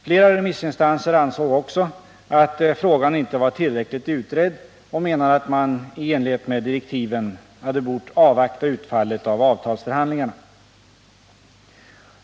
Flera remissinstanser ansåg också att frågan inte var tillräckligt utredd och menade att man i enlighet med direktiven hade bort avvakta utfallet av avtalsförhandlingarna.